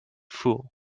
fool